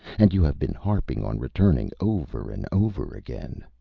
and you have been harping on returning over and over again!